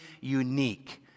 unique